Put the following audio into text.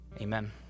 Amen